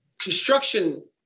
Construction